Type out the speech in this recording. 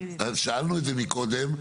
אז שאלנו את זה מקודם.